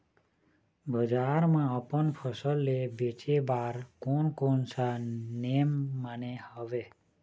बजार मा अपन फसल ले बेचे बार कोन कौन सा नेम माने हवे?